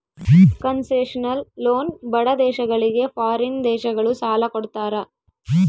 concessional loan ಬಡ ದೇಶಗಳಿಗೆ foreign ದೇಶಗಳು ಸಾಲ ಕೊಡ್ತಾರ